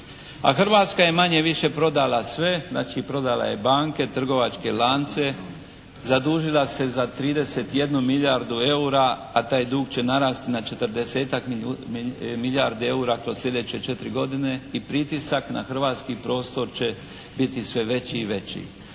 A Hrvatska je manje-više prodala sve, znači prodala je banke, trgovačke lance, zadužila se za 31 milijardu eura, a taj dug će narasti na 40-tak milijardi eura kroz sljedeće 4 godine i pritisak na hrvatski prostor će biti sve veći i veći.